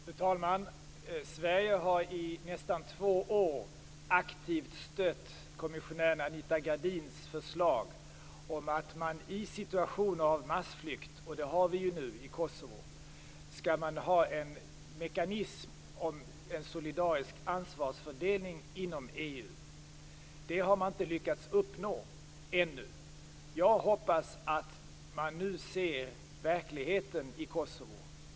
Fru talman! Sverige har i nästan två år aktivt stött kommissionären Anita Gradins förslag om att man i situationer av massflykt - och det har vi ju nu i Kosovo - skall ha en mekanism med en solidarisk ansvarsfördelning inom EU. Det har man ännu inte lyckats uppnå. Jag hoppas att man nu ser verkligheten i Kosovo.